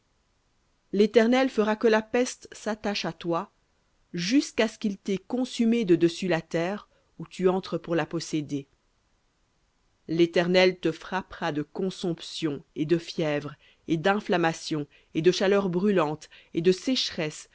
l'éternel fera que la peste s'attache à toi jusqu'à ce qu'il t'ait consumé de dessus la terre où tu entres pour la posséder léternel te frappera de consomption et de fièvre et d'inflammation et de chaleur brûlante et de sécheresse